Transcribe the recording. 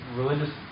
religious